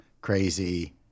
crazy